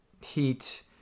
Heat